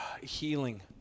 healing